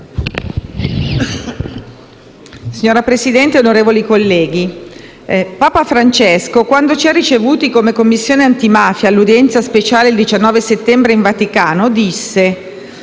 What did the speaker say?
Signora Presidente, onorevoli colleghi, Papa Francesco, quando ci ha ricevuti come Commissione antimafia all'udienza speciale, il 19 settembre, in Vaticano, disse: